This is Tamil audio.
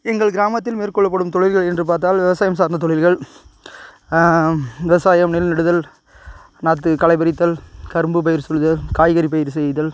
எங்கள் கிராமத்தில் மேற்கொள்ளப்படும் தொழில்கள் என்று பார்த்தால் விவசாயம் சார்ந்த தொழில்கள் விவசாயம் நெல் இடுதல் நாற்று களை பறித்தல் கரும்பு பயிர் செய்தல் காய்கறி பயிர் செய்யுதல்